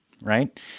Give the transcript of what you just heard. right